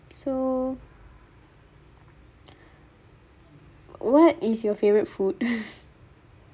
so what is your favourite food